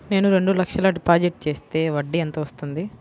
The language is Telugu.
నేను రెండు లక్షల డిపాజిట్ చేస్తే వడ్డీ ఎంత వస్తుంది?